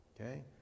okay